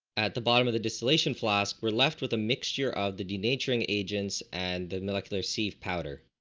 at the bottom of the distillation flask were left with a mixture of the denaturing agents and the molecular sieve powder.